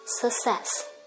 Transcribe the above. success